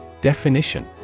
Definition